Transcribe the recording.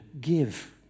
give